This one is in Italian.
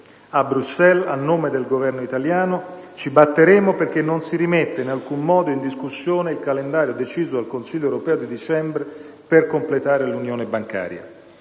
a Bruxelles, a nome del Governo italiano, ci batteremo perché non si rimetta in alcun modo in discussione il calendario deciso dal Consiglio europeo di dicembre per completare l'unione bancaria,